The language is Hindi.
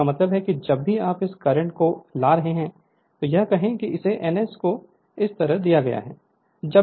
इसका मतलब है कि जब भी आप इस कंडक्टर को ला रहे हों तो यह कहे कि इसे NS को इस तरह दिया गया है